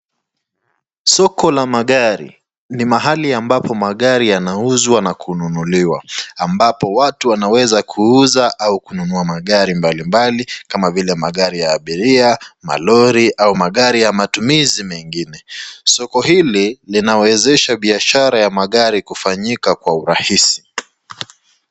Soko la magari ni mahali ambapo magari yanauzwa na kununulia. Ambapo watu wanaweza kuuza au kununua magari mbali mbali kama vile magari ya abiria, malori au magari ya matumizi mengine. Soko hili linawezesha biashara ya magari kufanyika kwa urahisi.